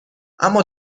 اما